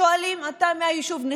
שואלים: אתה מהיישוב?